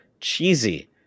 cheesy